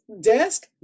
desk